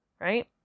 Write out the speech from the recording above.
right